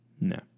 No